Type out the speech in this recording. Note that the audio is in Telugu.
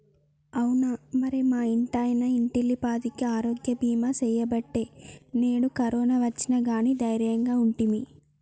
అవునా మరి మా ఇంటాయన ఇంటిల్లిపాదికి ఆరోగ్య బీమా సేయబట్టి నేడు కరోనా ఒచ్చిన గానీ దైర్యంగా ఉంటిమి